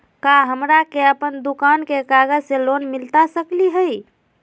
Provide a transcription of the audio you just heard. का हमरा के अपन दुकान के कागज से लोन मिलता सकली हई?